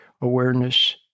awareness